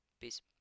peace